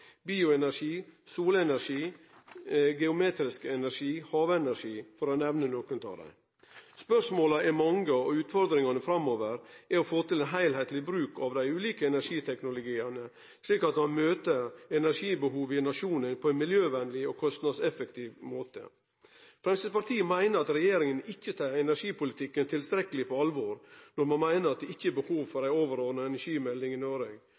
bioenergi, solenergi, geometrisk energi, havenergi, for å nemne nokre av dei. Spørsmåla er mange, og utfordringa framover er å få til ein heilskapleg bruk av dei ulike energiteknologiane, slik at ein møter energibehovet i nasjonen på ein miljøvennleg og kostnadseffektiv måte. Framstegspartiet meiner at regjeringa ikkje tek energipolitkken på tilstrekkeleg alvor når ein meiner at det ikkje er behov for ei overordna energimelding i